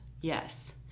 yes